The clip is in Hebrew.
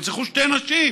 נרצחו שתי נשים,